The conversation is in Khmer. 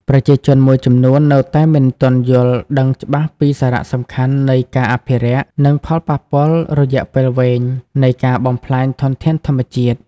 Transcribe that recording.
ប្រជាជនមួយចំនួននៅតែមិនទាន់យល់ដឹងច្បាស់ពី សារៈសំខាន់នៃការអភិរក្ស និងផលប៉ះពាល់រយៈពេលវែងនៃការបំផ្លាញធនធានធម្មជាតិ។